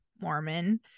Mormon